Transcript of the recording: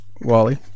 Wally